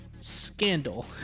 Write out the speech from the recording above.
scandal